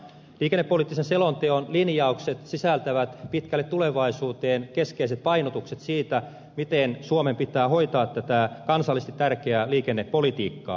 liikennepoliittisen selonteon linjaukset sisältävät pitkälle tulevaisuuteen keskeiset painotukset siitä miten suomen pitää hoitaa tätä kansallisesti tärkeää liikennepolitiikkaa